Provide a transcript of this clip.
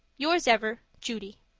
yours ever, judy